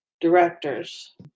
directors